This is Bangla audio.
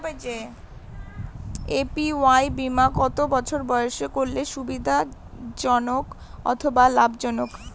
এ.পি.ওয়াই বীমা কত বছর বয়সে করলে সুবিধা জনক অথবা লাভজনক?